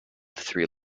three